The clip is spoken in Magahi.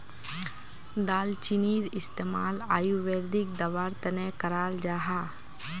दालचीनीर इस्तेमाल आयुर्वेदिक दवार तने कराल जाहा